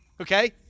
Okay